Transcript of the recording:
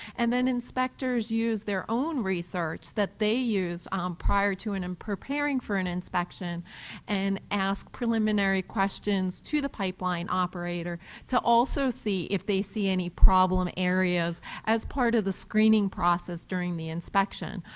and then inspectors use their own research that they use um prior to and and preparing for and inspection and ask preliminary questions to the pipeline operator to also see if they see any problem areas as part of the screening process during the inspection.